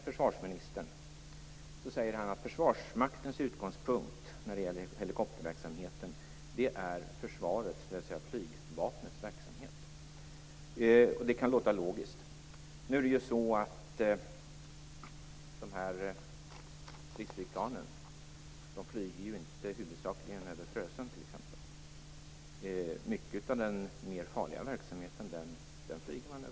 Försvarsministern säger att Försvarsmaktens utgångspunkt när det gäller helikopterverksamheten är Försvarets, dvs. Flygvapnets, verksamhet. Det kan låta logiskt. Men nu flyger stridsflygplanen huvudsakligen inte över Frösön, t.ex. Mycket av den mer farliga verksamheten sker över Östersjön.